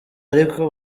ariko